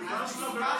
ייבשת אותם.